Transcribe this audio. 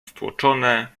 stłoczone